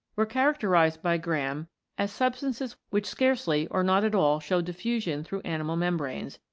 were charac terised by graham as substances which scarcely or not at all show diffusion through animal mem branes,